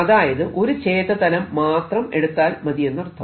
അതായത് ഒരു ഛേദ തലം മാത്രം എടുത്താൽ മതിയെന്നർത്ഥം